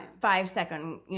five-second